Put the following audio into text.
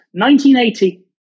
1980